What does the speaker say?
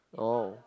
oh